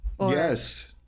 Yes